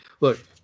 Look